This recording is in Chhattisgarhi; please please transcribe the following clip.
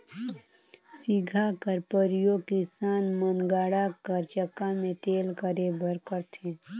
सिगहा कर परियोग किसान मन गाड़ा कर चक्का मे तेल करे बर करथे